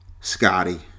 Scotty